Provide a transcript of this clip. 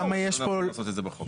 אנחנו לא יכולים לעשות את זה בחוק.